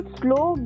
slow